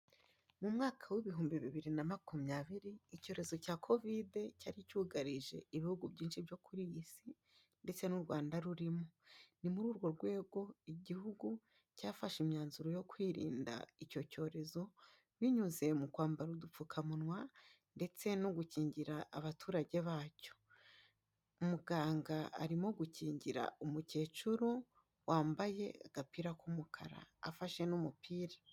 Mu mwaka w'ibihumbi bibiri na makumyabiri icyorezo cya covide cyari cyugarije ibihugu byinshi byo ku iyi si ndetse n'u Rwanda rurimo, ni muri urwo rwego igihugu cyafashe imyanzuro yo kwirinda icyo cyorezo binyuze mu kwambara udupfukamunwa ndetse no gukingira abaturage bacyo. Muganga arimo gukingira umukecuru wambaye agapira k'umukara afashe n'umupira.